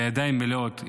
בידיים מלאות,